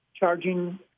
charging